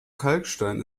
kalkstein